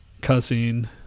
cussing